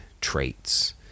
traits